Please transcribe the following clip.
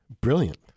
Brilliant